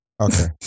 Okay